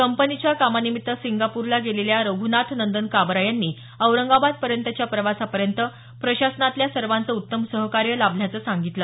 कंपनीच्या कामानिमित्त सिंगापूरला गेलेल्या रघुनाथनंदन काबरा यांनी औरंगाबाद पर्यंतच्या प्रवासापर्यंत प्रशासनातल्या सर्वांचं उत्तम सहकार्य लाभल्याचं सांगितलं